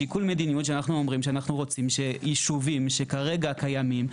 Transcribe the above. שיקול מדיניות שאנחנו אומרים שאנחנו רוצים שישובים שכרגע קיימים,